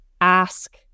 ask